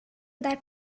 that